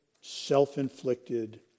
self-inflicted